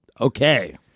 Okay